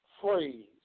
phrase